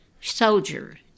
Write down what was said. soldier